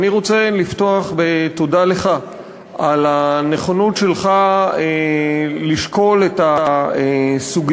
אני רוצה לפתוח בתודה לך על הנכונות שלך לשקול את הסוגיות